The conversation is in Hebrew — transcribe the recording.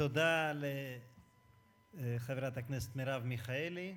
תודה לחברת הכנסת מרב מיכאלי.